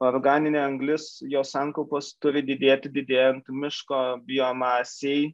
organinė anglis jos sankaupos turi didėti didėjant miško biomasei